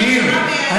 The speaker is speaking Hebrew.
תקשיב.